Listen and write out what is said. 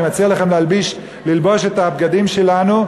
אני מציע לכם ללבוש את הבגדים שלנו,